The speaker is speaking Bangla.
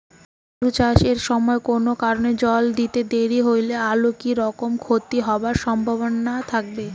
আলু চাষ এর সময় কুনো কারণে জল দিতে দেরি হইলে আলুর কি রকম ক্ষতি হবার সম্ভবনা থাকে?